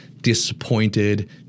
disappointed